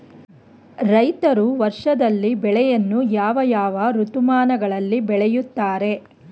ರೈತರು ವರ್ಷದಲ್ಲಿ ಬೆಳೆಯನ್ನು ಯಾವ ಯಾವ ಋತುಮಾನಗಳಲ್ಲಿ ಬೆಳೆಯುತ್ತಾರೆ?